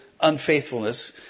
unfaithfulness